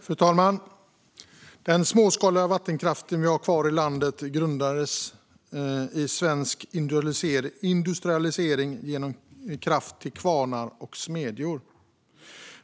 Fru talman! Den småskaliga vattenkraft som finns kvar i landet grundades under den svenska industrialiseringen när vattenkraften gav kraft till kvarnar och smedjor.